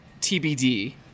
TBD